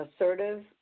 assertive